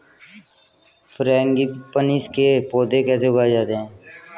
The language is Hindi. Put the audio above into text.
फ्रैंगीपनिस के पौधे कैसे उगाए जाते हैं?